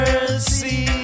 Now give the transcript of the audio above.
Mercy